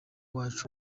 wacu